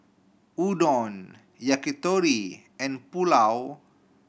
Udon Yakitori and Pulao